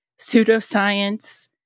pseudoscience